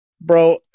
Bro